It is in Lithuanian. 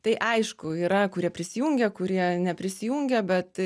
tai aišku yra kurie prisijungė kurie neprisijungė bet